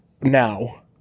Now